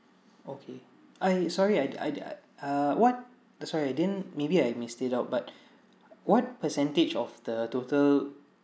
okay I sorry I d~ I d~ I uh err what the sorry I didn't maybe I missed it out but what percentage of the total